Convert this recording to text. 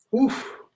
Oof